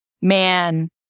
Man